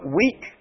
weak